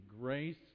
grace